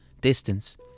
distance